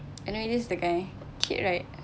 anyway this is the guy cute right